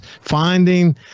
finding